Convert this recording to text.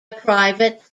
private